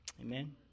Amen